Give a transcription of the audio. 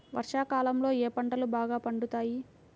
వర్షాకాలంలో ఏ పంటలు బాగా పండుతాయి?